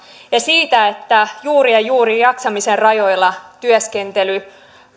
ja juuri ja juuri jaksamisen rajoilla työskentely